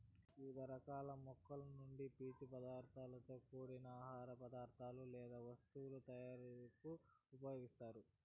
వివిధ రకాల మొక్కల నుండి పీచు పదార్థాలతో కూడిన ఆహార పదార్థాలు లేదా వస్తువుల తయారీకు ఉపయోగిస్తారు